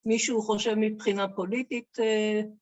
מישהו חושב מבחינה פוליטית?